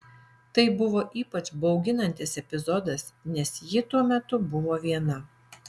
tai buvo ypač bauginantis epizodas nes ji tuo metu buvo viena